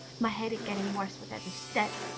my headache getting worse with every step.